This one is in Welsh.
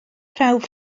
prawf